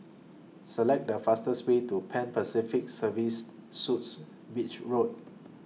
Select The fastest Way to Pan Pacific Serviced Suites Beach Road